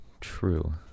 True